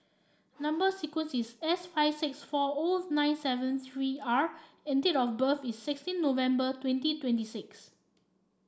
number sequence is S five six four O nine seven three R and date of birth is sixteen November twenty twenty six